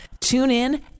TuneIn